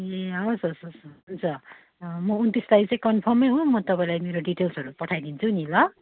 अहिले हवस् हवस् हवस् हुन्छ म उन्तिस तारिक चाहिँ कन्फर्मै हो म तपाईँलाई मेरो डिटेल्सहरू पठाइदिन्छु नि ल